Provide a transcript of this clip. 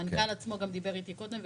המנכ"ל עצמו גם דיבר איתי קודם,